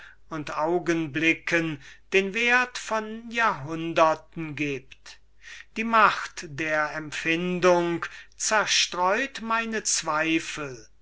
und augenblicken den wert von jahrhunderten gibt die macht der empfindung zerstreut meine zweifel